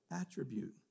attribute